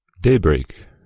Daybreak